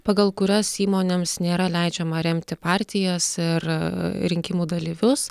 pagal kurias įmonėms nėra leidžiama remti partijas ir rinkimų dalyvius